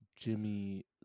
Jimmy